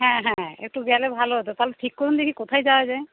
হ্যাঁ হ্যাঁ একটু গেলে ভালো হতো তাহলে ঠিক করুন দেখি কোথায় যাওয়া যায়